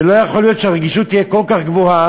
ולא יכול להיות שהרגישות תהיה כל כך גבוהה,